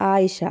Ayisha